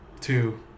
two